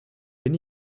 bin